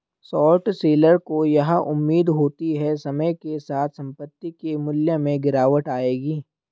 short seller को यह उम्मीद होती है समय के साथ संपत्ति के मूल्य में गिरावट आएगी